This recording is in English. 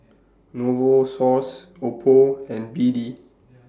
Novosource Oppo and B D